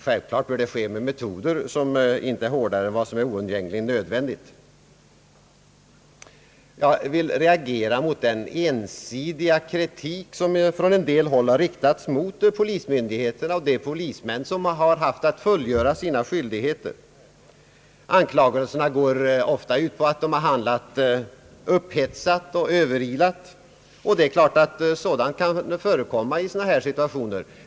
Självklart bör inte hårdare metoder då användas än vad som är oundgängligen nödvändigt. Jag reagerar mot den ensidiga kritik som från en del håll har riktats mot polismyndigheterna och de polismän som haft att fullgöra sina skyldigheter. Anklagelserna går i många fall ut på att polismännen handlat upphetsat och överilat. Det är klart att det kan förekomma i sådana här situationer.